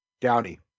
Downey